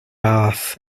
bath